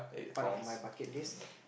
part of my bucket list